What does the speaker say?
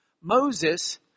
Moses